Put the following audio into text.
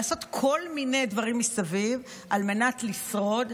לעשות כל מיני דברים מסביב על מנת לשרוד.